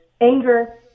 anger